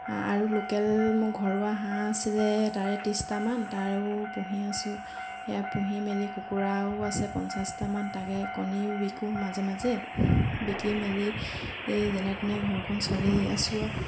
আৰু লোকেল মোৰ ঘৰুৱা হাঁহ আছিলে তাৰে ত্ৰিছটামান তাৰো পুহি আছোঁ সেয়া পুহি মেলি কুকুৰাও আছে পঞ্চাছটামান তাকে কণীও বিকো মাজে মাজে বিকি মেলি এই যেনে তেনে ঘৰখন চলি আছোঁ আৰু